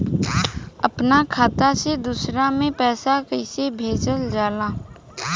अपना खाता से दूसरा में पैसा कईसे भेजल जाला?